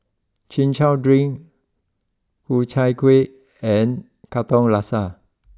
Chin Chow drink Ku Chai Kuih and Katong Laksa